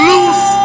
Loose